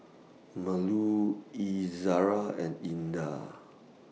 Melur Izara and Indah